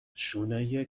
شونه